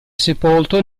sepolto